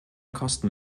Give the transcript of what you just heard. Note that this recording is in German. kosten